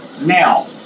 Now